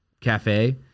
Cafe